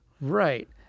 Right